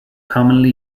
commonly